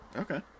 okay